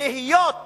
ולהיות